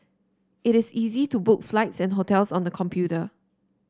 it is easy to book flights and hotels on the computer